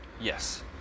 Yes